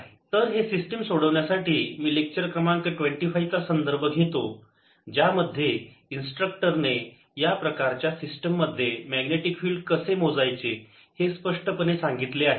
तर हे सिस्टीम सोडवण्यासाठी मी लेक्चर क्रमांक 25 चा संदर्भ घेतो ज्यामध्ये इन्स्ट्रक्टर ने या प्रकारच्या सिस्टम मध्ये मॅग्नेटिक फिल्ड कसे मोजायचे हे स्पष्टपणे सांगितले आहे